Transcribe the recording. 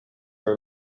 are